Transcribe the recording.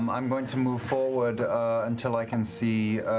um i'm going to move forward until i can see